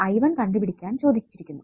I1 കണ്ടുപിടിക്കാൻ ചോദിച്ചിരിക്കുന്നു